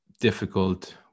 difficult